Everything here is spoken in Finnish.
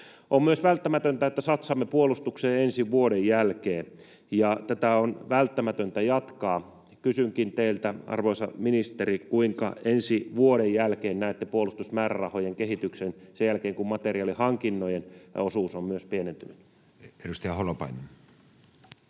On myös välttämätöntä, että satsaamme puolustukseen ensi vuoden jälkeen, ja tätä on välttämätöntä jatkaa. Kysynkin teiltä, arvoisa ministeri: kuinka ensi vuoden jälkeen näette puolustusmäärärahojen kehityksen sen jälkeen, kun myös materiaalihankintojen osuus on pienentynyt? Edustaja Holopainen.